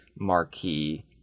marquee